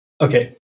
Okay